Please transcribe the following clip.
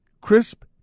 Crisp